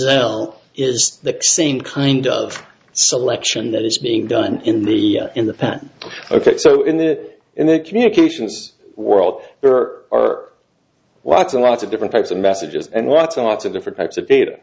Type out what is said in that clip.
cell is the same kind of selection that is being done in the in the past ok so in that in their communications world there are lots and lots of different types of messages and lots and lots of different types of data